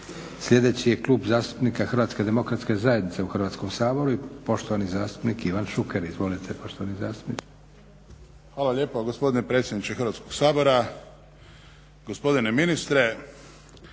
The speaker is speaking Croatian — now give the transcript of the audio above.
Sljedeći je Klub zastupnika HDZ-a u Hrvatskom saboru i poštovani zastupnik Ivan Šuker. Izvolite poštovani zastupniče. **Šuker, Ivan (HDZ)** Hvala lijepo gospodine predsjedniče Hrvatskog sabora. Gospodine ministre.